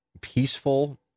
peaceful